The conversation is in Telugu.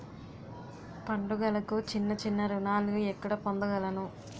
పండుగలకు చిన్న చిన్న రుణాలు ఎక్కడ పొందగలను?